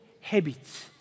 habits